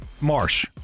Marsh